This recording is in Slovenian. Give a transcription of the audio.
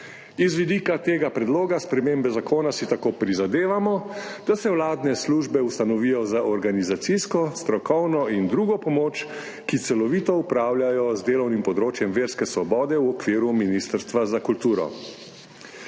Z vidika tega predloga spremembe zakona si tako prizadevamo, da se vladne službe ustanovijo za organizacijsko, strokovno in drugo pomoč, ki celovito upravljajo z delovnim področjem verske svobode v okviru Ministrstva za kulturo.